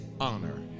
honor